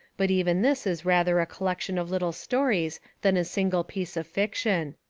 but even this is rather a collection of little stories than a single piece of fiction.